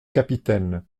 capitaine